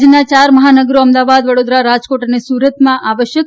રાજયના ચાર મહાનગરો અમદાવાદ વડોદરા રાજકોટ અને સુરતમાં આવશ્યક